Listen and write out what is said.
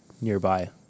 nearby